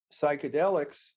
psychedelics